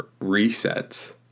resets